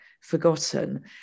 forgotten